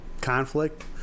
conflict